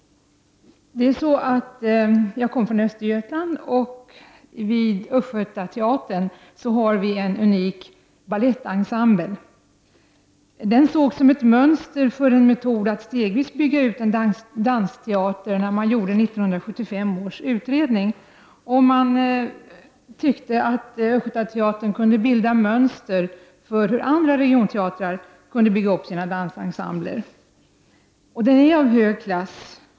Jag kommer från Östergötland. Vid Östgötateatern har vi en unik balettensemble. Den sågs i 1975 års utredning som ett mönster för en metod att stegvis bygga ut en dansteater. Man tyckte att Östgötateatern kunde bilda mönster för hur regionteatrar kunde bygga upp sina dansensembler. Ensemblen är av hög klass.